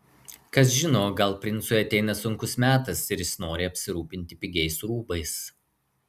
kas žino gal princui ateina sunkus metas ir jis nori apsirūpinti pigiais rūbais